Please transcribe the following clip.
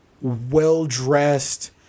well-dressed